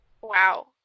Wow